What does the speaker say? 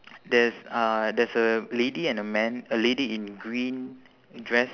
there's uh there's a lady and a man a lady in green dress